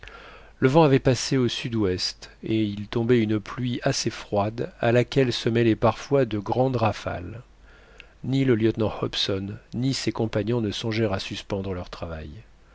le vent avait passé au sud-ouest et il tombait une pluie assez froide à laquelle se mêlaient parfois de grandes rafales ni le lieutenant hobson ni ses compagnons ne songèrent à suspendre leur travail